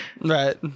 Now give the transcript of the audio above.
right